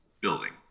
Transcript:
building